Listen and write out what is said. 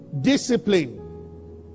discipline